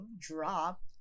drop